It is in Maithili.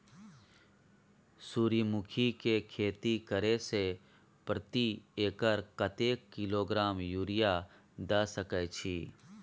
सूर्यमुखी के खेती करे से प्रति एकर कतेक किलोग्राम यूरिया द सके छी?